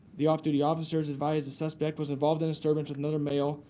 the off duty officers advised the suspect was involved in disturbance with another male,